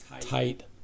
tight